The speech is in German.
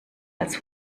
als